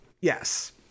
Yes